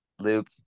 luke